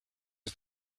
his